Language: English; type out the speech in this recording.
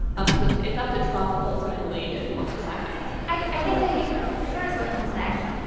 um so it's it's up to trump, ultimately, if he wants to sign that i guess i as far as what comes next,